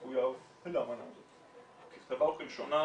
מחויב לאמנה ככתבה וכלשונה,